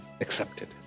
accepted